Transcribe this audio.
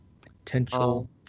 Potential